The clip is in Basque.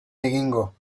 egingo